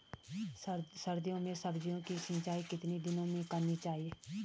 सर्दियों में सब्जियों की सिंचाई कितने दिनों में करनी चाहिए?